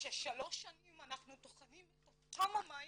ששלוש שנים אנחנו טוחנים את אותם המים